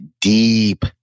deep